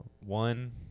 one